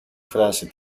φράση